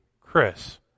Chris